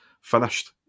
Finished